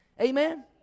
Amen